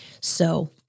So-